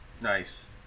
nice